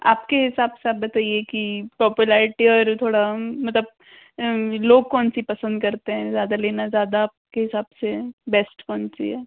आप के हिसाब साफ़ बताइए कि पॉपुलरिटी और थोड़ा मतलब लोग कौन सी पसन्द करते हैं ज़्यादा लेना ज़्यादा आप के हिसाब से बेस्ट कौन सी है